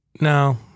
No